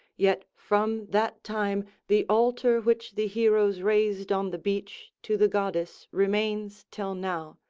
yet from that time the altar which the heroes raised on the beach to the goddess remains till now,